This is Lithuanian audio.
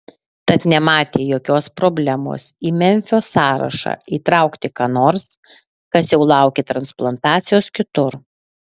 tad nematė jokios problemos į memfio sąrašą įtraukti ką nors kas jau laukė transplantacijos kitur